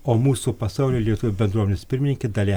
o mūsų pasaulio lietuvių bendruomenės pirmininkė dalia